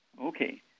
Okay